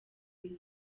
isi